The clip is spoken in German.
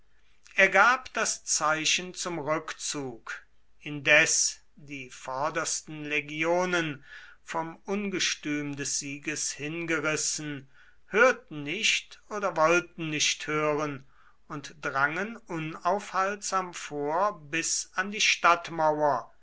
er gab das zeichen zum rückzug indes die vordersten legionen vom ungestüm des sieges hingerissen hörten nicht oder wollten nicht hören und drangen unaufhaltsam vor bis an die stadtmauer